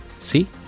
See